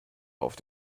auf